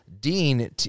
Dean